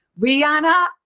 rihanna